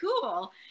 cool